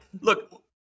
look